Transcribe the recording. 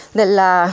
della